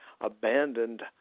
abandoned